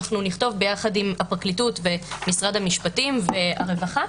אנחנו נכתוב יחד עם הפרקליטות ומשרד המשפטים והרווחה